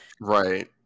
right